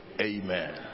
Amen